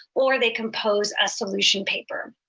or they compose a solution paper